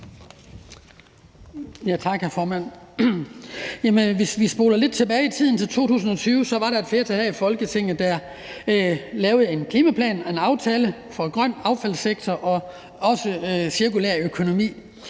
vi spoler tiden lidt tilbage til 2020, var der et flertal her i Folketinget, der lavede en klimaplan og en aftale om en grøn affaldssektor og også om cirkulær økonomi.